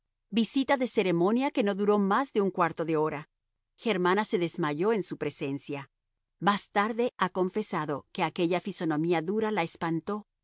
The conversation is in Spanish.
visita de ceremonia que no duró más de un cuarto de hora germana se desmayó en su presencia más tarde ha confesado que aquella fisonomía dura la espantó